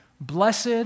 Blessed